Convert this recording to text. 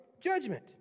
judgment